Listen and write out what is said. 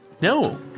No